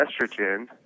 estrogen